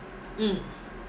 mm